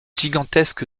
gigantesque